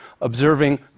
observing